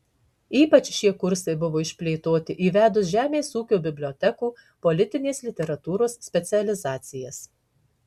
ypač šie kursai buvo išplėtoti įvedus žemės ūkio bibliotekų politinės literatūros specializacijas